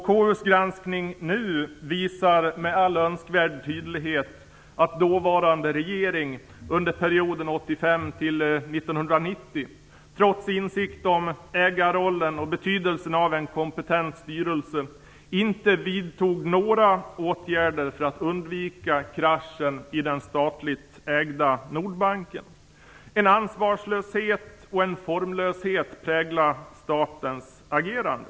KU:s granskning nu visar med all önskvärd tydlighet att den dåvarande regeringen under perioden 1985-1990, trots insikt om ägarrollen och betydelsen av en kompetent styrelse, inte vidtog några åtgärder för att undvika kraschen i statligt ägda Nordbanken. En ansvarslöshet och en formlöshet präglade statens agerande.